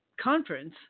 conference